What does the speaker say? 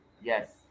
yes